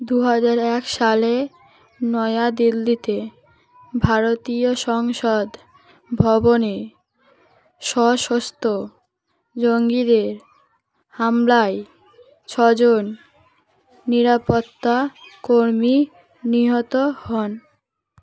দু হাজার এক সালে নয়া দিল্লিতে ভারতীয় সংসদ ভবনে সসস্ত জঙ্গীদের হামলায় ছজন নিরাপত্তা কর্মী নিহত হন